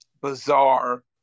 Bizarre